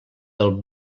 del